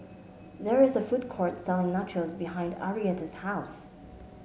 there is a food court selling Nachos behind Arietta's house